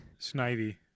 Snivy